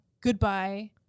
goodbye